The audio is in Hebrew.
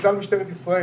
לכלל משטרת ישראל.